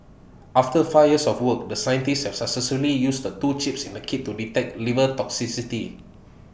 after five years of work the scientists have successfully used the two chips in the kit to detect liver toxicity